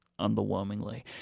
underwhelmingly